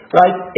right